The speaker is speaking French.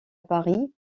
paris